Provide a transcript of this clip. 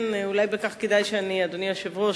אדוני היושב-ראש,